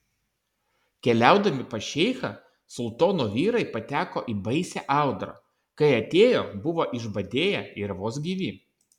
keliaudami pas šeichą sultono vyrai pateko į baisią audrą kai atėjo buvo išbadėję ir vos gyvi